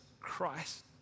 Christ